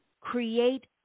Create